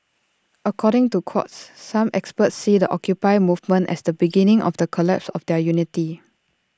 according to Quartz some experts see the occupy movement as the beginning of the collapse of their unity